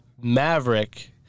Maverick